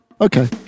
Okay